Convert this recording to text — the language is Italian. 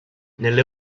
nelle